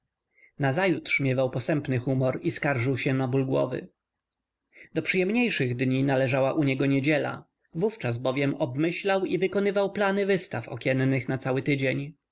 nazajutrz miewał posępny humor i skarżył się na ból głowy do przyjemniejszych dni należała u niego niedziela wówczas bowiem obmyślał i wykonywał plany wystaw okiennych na cały tydzień